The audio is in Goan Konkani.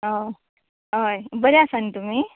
हय हय बरी आसा न्ही तुमी